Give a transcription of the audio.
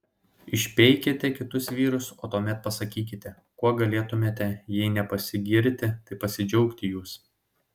išpeikėte kitus vyrus o tuomet pasakykite kuo galėtumėte jei ne pasigirti tai pasidžiaugti jūs